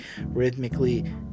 rhythmically